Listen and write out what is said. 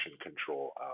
control